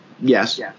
Yes